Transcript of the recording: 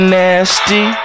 nasty